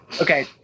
Okay